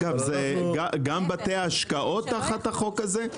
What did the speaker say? גם בתי השקעות תחת החוק הזה?